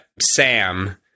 Sam